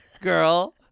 girl